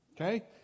Okay